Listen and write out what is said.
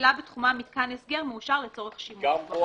המפעילה בתחומה מתקן הסגר מאושר לצורך שימוש בו.